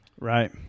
right